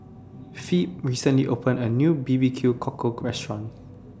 Phebe recently opened A New B B Q Cockle Restaurant